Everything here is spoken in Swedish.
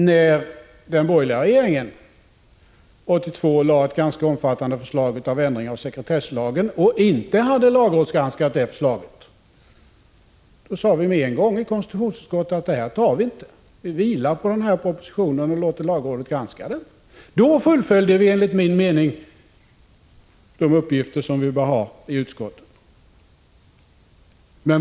När den borgerliga regeringen 1982 lade fram ett ganska omfattande förslag om ändring av sekretesslagen och inte hade låtit lagrådet granska det, sade vii konstitutionsutskottet med en gång: Vi vilar på den här propositionen och låter lagrådet granska den. Då fullföljde vi enligt min mening de uppgifter som vi bör ha i utskotten.